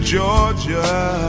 Georgia